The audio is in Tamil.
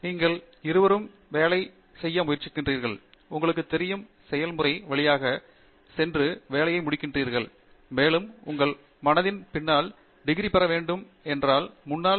நீங்கள் இருவரும் வேலை செய்ய முயற்சிக்கிறீர்கள் உங்களுக்கு தெரியும் செயல்முறை வழியாக சென்று செயல்முறையை முடித்துவிட்டீர்கள் மேலும் உங்கள் மனதின் பின்புறம் பட்டம் பெற வேண்டுமென்றால் அங்கு நீங்கள் முன்னால்